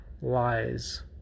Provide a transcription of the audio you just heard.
lies